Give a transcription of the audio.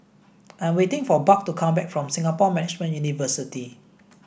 I'm waiting for Buck to come back from Singapore Management University